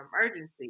emergency